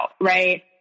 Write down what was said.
right